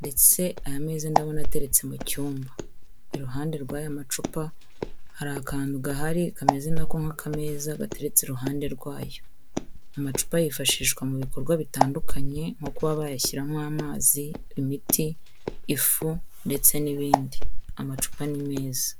Ndetse aya mezi ndabona ateretse mu cyumba. Iruhande rw'aya macupa, hari akantu gahari kameze na ko nk'akameza, gateretse iruhande rwayo. Amacupa yifashishwa mu bikorwa bitandukanye, nko kuba bayashyiramo amazi, imiti, ifu ndetse n'ibindi. Amacupa ni meza.